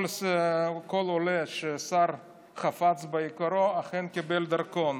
כל עולה שהשר חפץ ביקרו אכן קיבל דרכון.